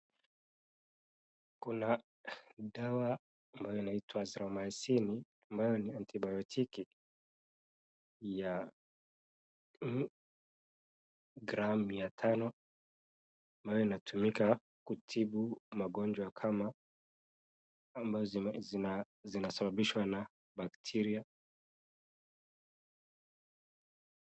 Kuna dawa ambayo inaitwa azithromycin ambayo ni antibiotiki ya gramu mia tano ambayo inatumika kutibu magonjwa kama ambayo zinasababishwa na bakteria.